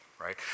right